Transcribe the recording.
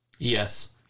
Yes